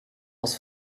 aus